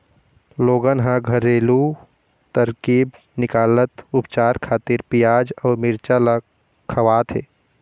लोगन ह घरेलू तरकीब निकालत उपचार खातिर पियाज अउ मिरचा ल खवाथे